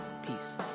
Peace